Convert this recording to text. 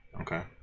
Okay